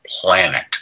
planet